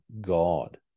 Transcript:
God